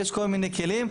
יש כל מיני כלים.